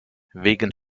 wegen